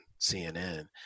CNN